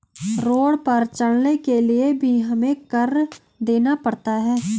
road पर चलने के लिए भी हमें कर देना पड़ता है